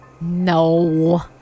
No